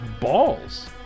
balls